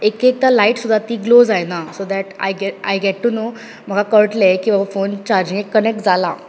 एक एकदा लायट सुद्दां ती ग्लो जायना so that I get to know म्हाका कळटले फोन चार्जीगेंक कनेक्ट जाला